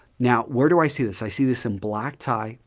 now, where do i see this? i see this in black tie,